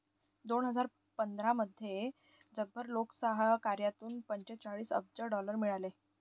दोन हजार पंधरामध्ये जगभर लोकसहकार्यातून पंचेचाळीस अब्ज डॉलर मिळाले